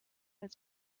als